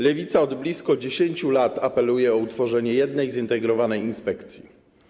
Lewica od blisko 10 lat apeluje o utworzenie jednej, zintegrowanej inspekcji.